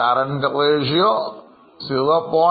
എന്നാൽ Current Ratio 0